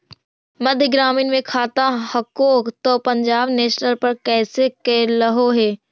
मध्य ग्रामीण मे खाता हको तौ पंजाब नेशनल पर कैसे करैलहो हे?